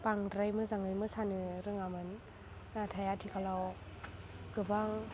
बांद्राय मोजाङै मोसानो रोङामोन नाथाय आथिखालाव गोबां